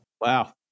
Wow